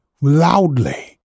loudly